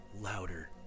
louder